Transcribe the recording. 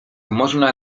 można